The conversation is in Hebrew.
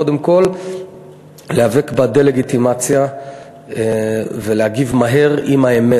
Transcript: קודם כול להיאבק בדה-לגיטימציה ולהגיב מהר עם האמת.